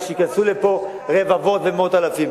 ושייכנסו לפה רבבות ומאות אלפים.